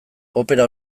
opera